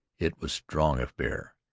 it was strong of bear,